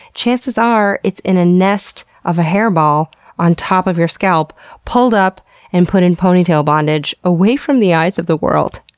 chances are it's in a nest of a hairball on top of your scalp, pulled up and put in ponytail bondage away from the eyes of the world.